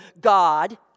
God